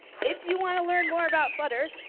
if you want to learn more about flutter,